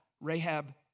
Rahab